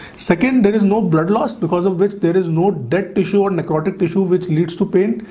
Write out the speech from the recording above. second, there is no blood loss because of which there is no doubt the short necrotic tissue which leads to pain.